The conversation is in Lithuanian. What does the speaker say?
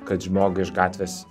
kad žmogui iš gatvės